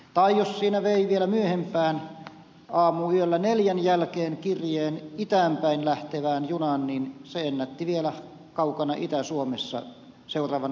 tai jos siinä vei vielä myöhemmin aamuyöllä kello neljän jälkeen kirjeen itään päin lähtevään junaan niin se ennätti vielä kaukana itä suomessa seuraavan aamun jakeluun